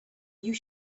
you